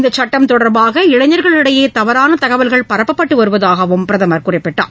இந்த சுட்டம் தொடர்பாக இளைஞர்களிடையே தவறான தகவல்கள் பரப்பப்பட்டு வருவதாகவும் பிரதமர் குறிப்பிட்டார்